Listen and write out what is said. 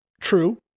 True